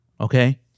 okay